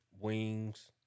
Wings